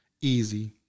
easy